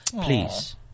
Please